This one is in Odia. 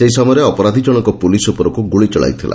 ସେହି ସମୟରେ ଅପରାଧୀ ଜଣକ ପ୍ରଲିସ୍ ଉପରକୁ ଗୁଳି ଚଳାଇଥିଲା